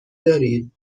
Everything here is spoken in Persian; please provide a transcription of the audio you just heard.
دارید